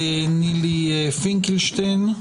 נילי פינקלשטיין.